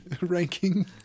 Ranking